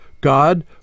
God